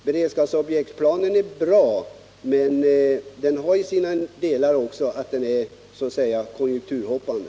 Beredskapsobjektsplanen är bra, men den är också så att säga konjunkturhoppande.